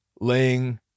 laying